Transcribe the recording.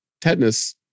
tetanus